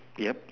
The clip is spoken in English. yup